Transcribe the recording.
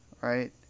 right